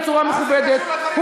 בצורה מכובדת.